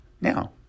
Now